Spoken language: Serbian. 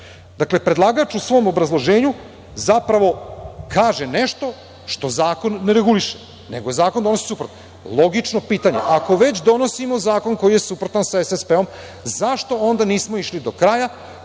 Dakle, predlagač u svom obrazloženju zapravo kaže nešto što zakon ne reguliše. Logično pitanje je ako već donosimo zakon koji je suprotan sa SSP zašto onda nismo išli do kraja